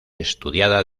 estudiada